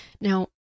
Now